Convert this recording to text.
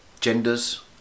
genders